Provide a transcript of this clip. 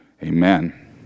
amen